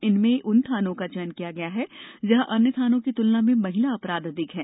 इसमें उन थानों का चयन किया गया है जहाँ अन्य थानों की तुलना में महिला अपराध अधिक हैं